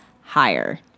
higher